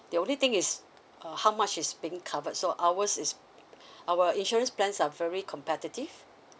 the only thing is uh how much is being covered so ours is our insurance plans are very competitive